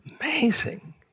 amazing